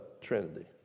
trinity